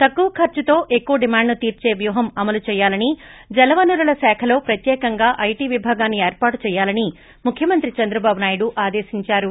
తక్కువ ఖర్చుతో ఎక్కువ డిమాండ్ను తీర్చే వ్యూహం అమలు చేయాలని జలనరుల శాఖలో పత్ర్యేకంగా ఐటీ విభాగాన్ని ఏర్పాటు చేయాలని ముఖ్యమంత్రి చంద్రబాబు నాయుడు ఆదేశించారు